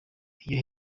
iryo